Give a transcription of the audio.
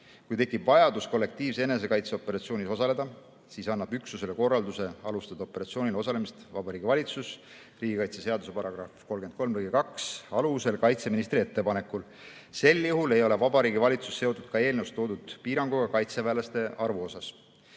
Kui tekib vajadus kollektiivse enesekaitse operatsioonis osaleda, siis annab üksusele korralduse alustada operatsioonil osalemist Vabariigi Valitsus riigikaitseseaduse § 33 lõike 2 alusel kaitseministri ettepanekul. Sel juhul ei ole Vabariigi Valitsus seotud ka eelnõus toodud piiranguga kaitseväelaste arvu